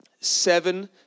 seven